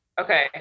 Okay